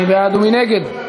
מי בעד ומי נגד?